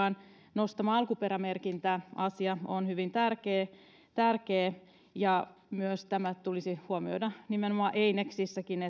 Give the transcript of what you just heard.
nostama alkuperämerkintäasia on hyvin tärkeä tärkeä ja myös tämä tulisi huomioida nimenomaan eineksissäkin